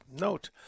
note